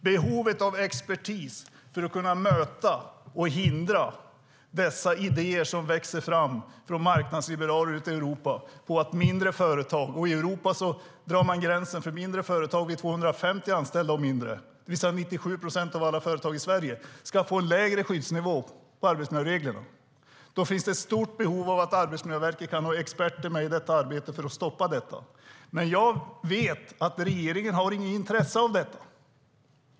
Behovet av expertis för att kunna möta och förhindra de idéer som växer fram från marknadsliberaler i Europa om att mindre företag ska få lägre skyddsnivå på arbetsmiljöreglerna. I Europa drar man gränsen för mindre företag vid 250 anställda, och det är 97 procent av företagen i Sverige. Då finns det ett stort behov av att Arbetsmiljöverket kan ha experter med för att stoppa detta. Men jag vet att regeringen inte har något intresse av det.